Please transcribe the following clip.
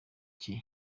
cye